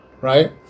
right